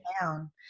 down